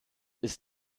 ist